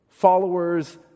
Followers